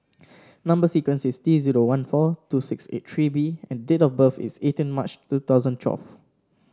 number sequence is T zero one four two six eight three B and date of birth is eighteen March two thousand twelve